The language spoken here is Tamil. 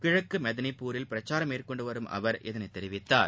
கிழக்கு மெதனிப்பூரில் பிரச்சாரம் மேற்கொண்டு வரும் அவர் இதனை தெரிவித்தார்